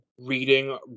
reading